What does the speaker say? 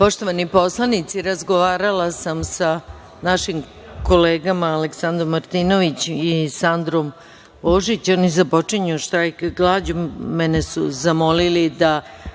Poštovani poslanici, razgovarala sam sa našim kolegama Aleksandrom Martinovićem i Sandrom Božić. Oni započinju štrajk glađu. Mene su zamolili da